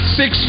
six